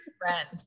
friend